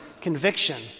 conviction